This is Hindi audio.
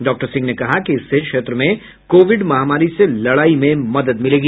डॉक्टर सिंह ने कहा कि इससे क्षेत्र में कोविड महामारी से लड़ाई में मदद मिलेगी